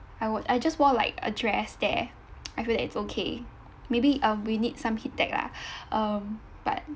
I wo~ I just wore like a dress there I feel that it's okay maybe uh we need some heattech lah um but